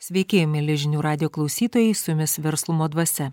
sveiki mieli žinių radijo klausytojai su jumis verslumo dvasia